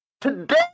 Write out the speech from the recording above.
today